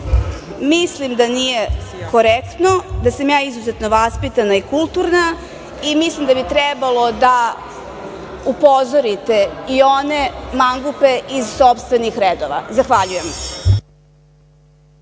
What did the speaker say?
Mislim da nije korektno, da sam ja izuzetno vaspitana i kulturna i mislim da bi trebalo da upozorite i one mangupe iz sopstvenih redova. Zahvaljujem.